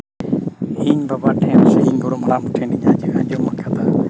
ᱤᱧ ᱵᱟᱵᱟ ᱴᱷᱮᱱ ᱠᱷᱚᱱ ᱥᱮ ᱤᱧ ᱜᱚᱲᱚᱢ ᱦᱟᱲᱟᱢ ᱴᱷᱮᱱ ᱠᱷᱚᱱᱮᱧ ᱟᱸᱡᱚᱢ ᱠᱟᱫᱟ